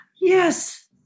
yes